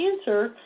answer